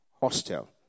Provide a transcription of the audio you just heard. hostel